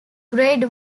grade